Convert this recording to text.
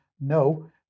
No